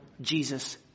Jesus